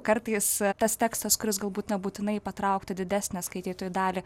kartais tas tekstas kuris galbūt nebūtinai patrauktų didesnę skaitytojų dalį